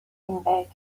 وینبرگ